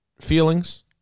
feelings